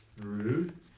rude